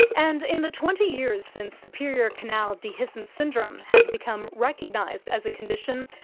and in the twenty years since superior canal dehiscence syndrome has become recognised as a condition,